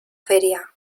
feria